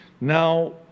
Now